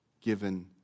given